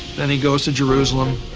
then he goes to jerusalem,